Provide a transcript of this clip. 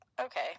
okay